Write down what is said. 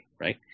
Right